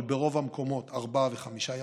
אבל ברוב המקומות ארבעה וחמישה ימים.